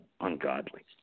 ungodly